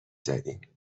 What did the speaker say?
زدیم